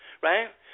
right